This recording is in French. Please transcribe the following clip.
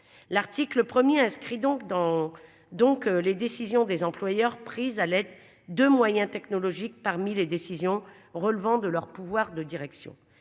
L'article premier inscrit donc dans. Donc les décisions des employeurs prises à l'aide de moyens technologiques. Parmi les décisions relevant de leur pouvoir de direction